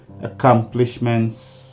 accomplishments